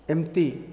ଏମତି